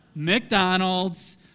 McDonald's